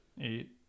Eight